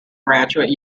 graduate